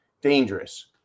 dangerous